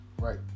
Right